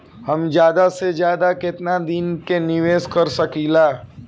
हम ज्यदा से ज्यदा केतना दिन के निवेश कर सकिला?